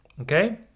okay